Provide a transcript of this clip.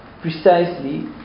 precisely